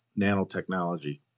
nanotechnology